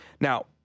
Now